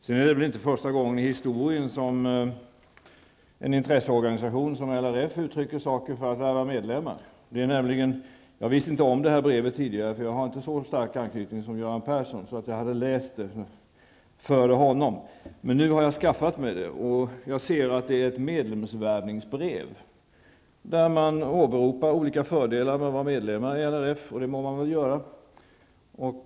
Det är väl inte första gången i historien en intresseorganisation som LRF uttrycker saker för att värva medlemmar. Jag visste inte tidigare om det här brevet. Jag har inte så stark anknytning som Göran Persson att jag hade haft tillfälle att läsa det före honom. Men nu har jag inskaffat brevet och ser att det är ett medlemsvärvningsbrev, där man åberopar olika fördelar som är förenade med att vara medlem i LRF. Det må man väl också få göra.